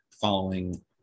following